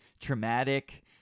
traumatic